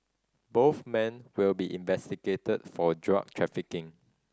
both men will be investigated for drug trafficking